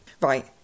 Right